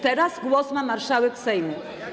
Teraz głos ma marszałek Sejmu.